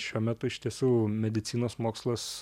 šiuo metu iš tiesų medicinos mokslas